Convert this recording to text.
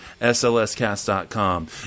SLScast.com